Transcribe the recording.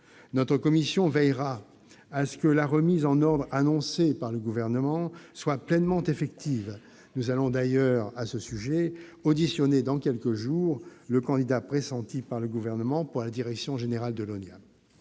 sociales veillera à ce que la remise en ordre annoncée par le Gouvernement soit pleinement effective. Elle va d'ailleurs auditionner dans quelques jours le candidat pressenti par le Gouvernement pour la direction générale de l'Office.